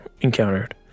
encountered